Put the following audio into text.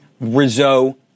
Rizzo